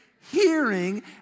Hearing